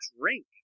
drink